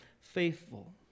faithful